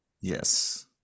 Yes